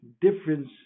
difference